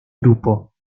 grupo